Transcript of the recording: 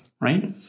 right